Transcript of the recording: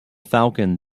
falcon